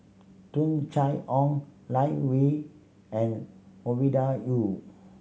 Tung Chye Hong Lai we and Ovidia Yu